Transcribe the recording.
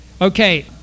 Okay